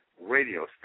radio